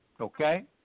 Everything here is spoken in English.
Okay